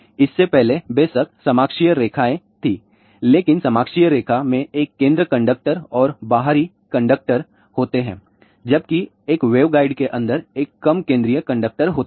इससे पहले बेशक समाक्षीय रेखाएं थीं लेकिन समाक्षीय रेखा में एक केंद्र कंडक्टर और बाहरी कंडक्टर होते हैं जबकि एक वेवगाइड के अंदर एक कम केंद्रीय कंडक्टर होता हैं